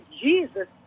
Jesus